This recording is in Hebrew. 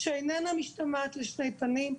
שאיננה משתמשת לשתי פנים: